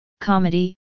comedy